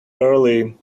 early